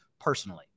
personally